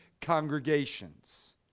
congregations